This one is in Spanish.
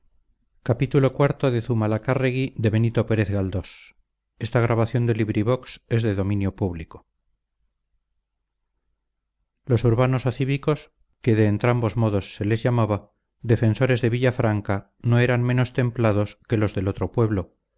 los urbanos o cívicos que de entrambos modos se les llamaba defensores de villafranca no eran menos templados que los del otro pueblo